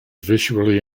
visually